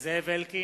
סעיף 150,